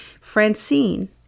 Francine